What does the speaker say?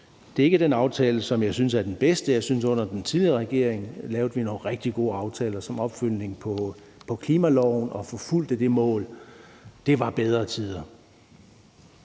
Det er ikke den aftale, som jeg synes er den bedste. Jeg synes, at vi under den tidligere regering lavede nogle rigtig gode aftaler som opfølgning på klimaloven og forfulgte det mål. Det var bedre tider.